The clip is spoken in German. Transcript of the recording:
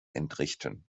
entrichten